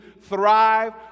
thrive